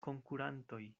konkurantoj